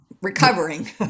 recovering